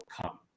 come